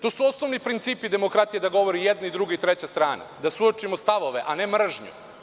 To su osnovni principi demokratije da govori i jedna i druga i treća strana, da suočimo stavove a ne mržnju.